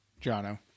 Jono